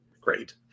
great